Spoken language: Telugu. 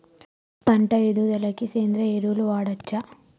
పంట ఎదుగుదలకి సేంద్రీయ ఎరువులు వాడచ్చా?